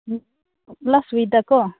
ꯎꯝ ꯂꯥꯁ ꯋꯤꯛꯇ ꯀꯣ